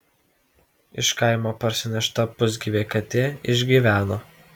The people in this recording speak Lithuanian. iš kaimo parsinešta pusgyvė katė išgyveno